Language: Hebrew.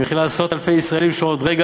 היא מכילה עשרות אלפי ישראלים שעוד רגע